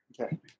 Okay